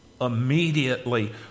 Immediately